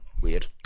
Weird